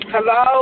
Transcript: Hello